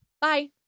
Bye